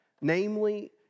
namely